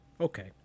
Okay